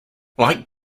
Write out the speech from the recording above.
like